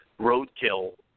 roadkill